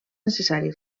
necessari